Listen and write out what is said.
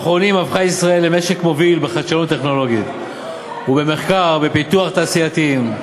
מוביל בחדשנות טכנולוגית ובמחקר ופיתוח תעשייתיים,